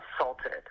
assaulted